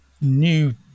new